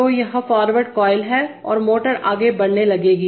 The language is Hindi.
तो यह फॉरवर्ड कोइल है और मोटर आगे बढ़ने लगेगी